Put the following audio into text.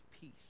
peace